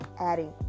adding